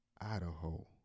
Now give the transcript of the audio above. Idaho